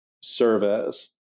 service